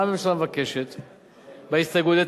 מה הממשלה מבקשת בהסתייגות?